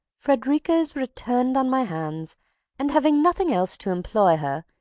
frederica is returned on my hands and, having nothing else to employ her,